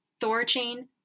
ThorChain